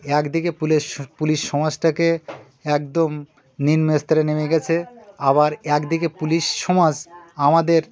এক দিকে police police সমাজটাকে একদম নিম্ন স্তরে নেমে গিয়েছে আবার এক দিকে পুলিশ সমাজ আমাদের